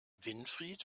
winfried